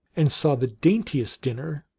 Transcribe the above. and saw the daintiest dinner,